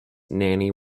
nanny